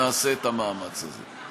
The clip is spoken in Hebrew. נעשה את המאמץ הזה.